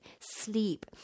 sleep